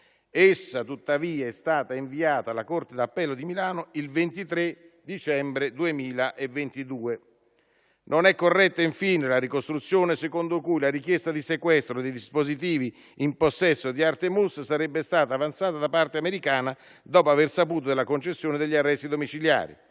Essa tuttavia è stata inviata alla corte d'appello di Milano il 23 dicembre 2022. Non è corretta, infine, la ricostruzione secondo cui la richiesta di sequestro dei dispositivi in possesso di Artem Uss sarebbe stata avanzata da parte americana dopo aver saputo della concessione degli arresti domiciliari.